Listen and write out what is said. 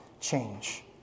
change